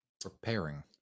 preparing